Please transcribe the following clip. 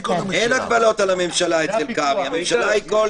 הסתייגות מס' 34. ההסתייגות לא